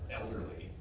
elderly